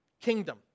kingdom